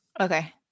Okay